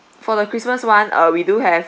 for the christmas [one] uh we do have